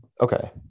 Okay